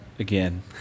again